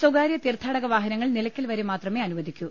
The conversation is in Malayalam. സ്വകാര്യ തീർത്ഥാടക വാഹനങ്ങൾ നിലയ്ക്കൽ വരെ മാത്രമേ അനുവദി ക്കൂ